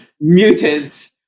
Mutant